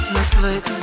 Netflix